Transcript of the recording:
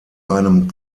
einem